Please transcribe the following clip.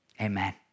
amen